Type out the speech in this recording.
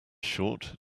short